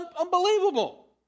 unbelievable